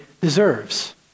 deserves